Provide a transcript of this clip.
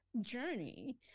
journey